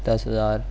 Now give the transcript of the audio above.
دس ہزار